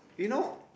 you know